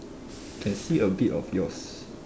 can see a bit of yours